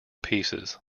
pieces